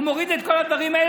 הוא מוריד את כל הדברים האלה.